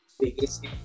biggest